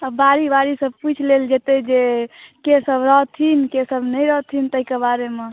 बारी बारिसे पूछि लेल जेतए जे के सभ रहथिन के सभ नहि रहथिन ताहिके बारेमे